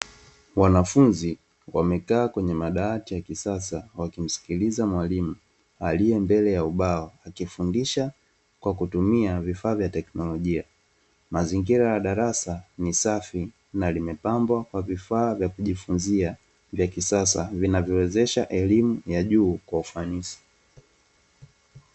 Wanafunzi wamekaa kwenye madawati ya kisasa wakimsikiliza mwalimu aliye mbele ya ubao. Akifundisha kwa kutumia vifaa vya teknolojia. Mazingira ya darasa ni safi na limepambwa kwa vifaa vya kujifunzia vya kisasa, vinavyowezesha elimu ya juu kwa ufanisi.